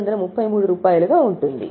5333 గా ఉంటుంది